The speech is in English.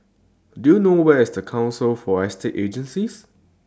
Do YOU know Where IS Council For Estate Agencies